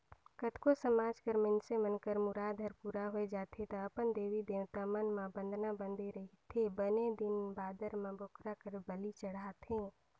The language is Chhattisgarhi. कतको समाज कर मइनसे मन कर मुराद हर पूरा होय जाथे त अपन देवी देवता मन म बदना बदे रहिथे बने दिन बादर म बोकरा कर बली चढ़ाथे